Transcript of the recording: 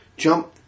jump